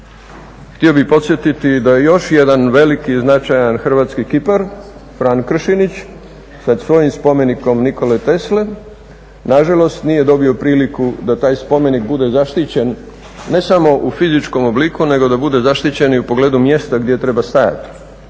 htio bih podsjetiti da je još jedan veliki značajan hrvatski kipa Frano Kršinić sa svojim spomenikom Nikole Tesle nažalost nije dobio priliku da taj spomenik bude zaštićen ne samo u fizičkom obliku nego da bude zaštićen i u pogledu mjesta gdje treba stajati.